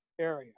area